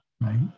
right